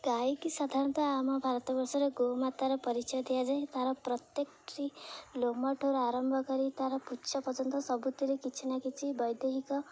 ଗାଈକି ସାଧାରଣତଃ ଆମ ଭାରତ ବର୍ଷରେ ଗୋମାତାର ପରିଚୟ ଦିଆଯାଏ ତା'ର ପ୍ରତ୍ୟେକଟିି ଲୋମଠୁ ଆରମ୍ଭ କରି ତା'ର ପୁଛ ପର୍ଯ୍ୟନ୍ତ ସବୁଥିରେ କିଛି ନା କିଛି ବୈଦେହିକ